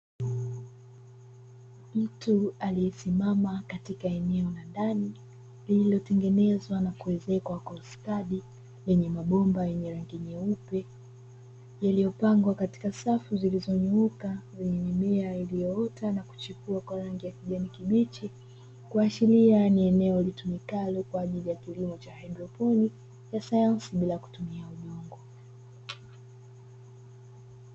Mtu aliyesimama katika eneo la ndani, lililotengenezwa na kuezekwa kwa ustadi; lenye mabomba yenye rangi nyeupe yaliyopangwa katika safu zilizonyooka zenye mimea iliyoota na kuchipua kwa rangi ya kijani kibichi, kuashiria ni eneo litumikalo kwa ajili ya kilimo cha haidroponi ya sayansi bila kutumia udongo.